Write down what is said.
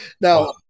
Now